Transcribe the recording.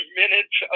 minutes